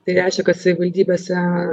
tai reiškia kad savivaldybėse